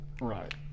Right